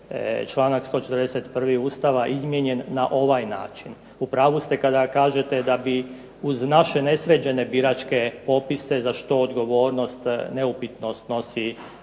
članak 141. Ustava izmijenjen na ovaj način, u pravu ste kada kažete da bi uz naše nesređene biračke popise za što odgovornost neupitno snosi